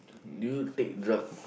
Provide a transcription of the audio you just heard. you take drug